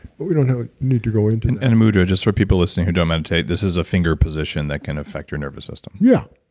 but we don't have a need to go into that and and a mudra, just for people listening today, um and this is a finger position that can affect your nervous system yeah,